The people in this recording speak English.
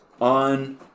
on